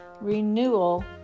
renewal